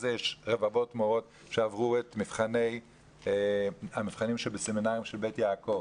שיש רבבות מורות שעברו את המבחנים שבסמינרים של בית יעקב.